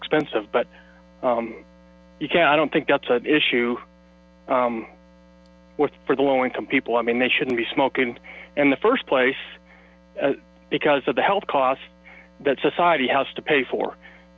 expensive but you can't i don't think that's an issue for the low income people i mean they shouldn't be smoking in the first place because of the health costs that society has to pay for